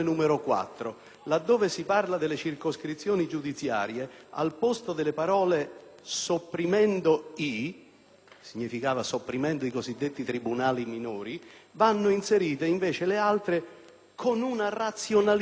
i» (cioè sopprimendo i cosiddetti tribunali minori) vanno inserite le altre «con una razionalizzazione dei». Ora, siccome si tratta di una questione politica, ovviamente il senatore Casson, con pudicizia,